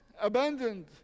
abandoned